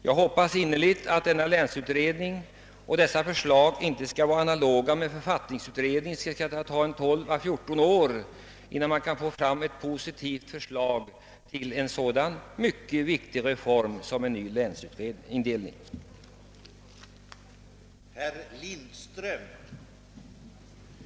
Jag hoppas innerligt att länsutredningens arbete inte kommer att fördröjas på samma sätt som författningsutredningens, så att det kommer att taga 12—14 år innan det framläggs ett positivt förslag till en så viktig reform som en ny länsindelning utgör.